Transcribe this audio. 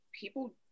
people